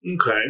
Okay